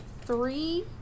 three